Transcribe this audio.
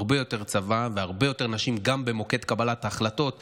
הרבה יותר צבא והרבה יותר נשים גם במוקד קבלת ההחלטות המורחב,